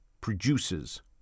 produces